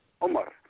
Omar